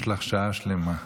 יש לך שעה שלמה.